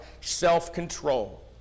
self-control